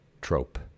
trope